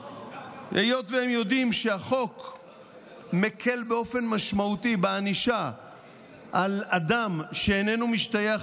היות שהם יודעים שהחוק מקל באופן משמעותי בענישה של אדם שאיננו משתייך